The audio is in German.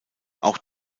auch